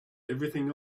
everything